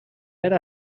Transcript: era